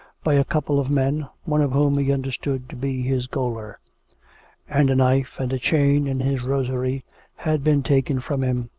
by a couple of men, one of whom he understood to be his gaoler and a knife and a chain and his rosary had been taken from him.